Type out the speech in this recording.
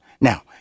Now